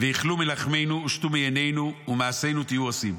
ואכלו מלחמנו ושתו מייננו ומעשינו תהיו עושים.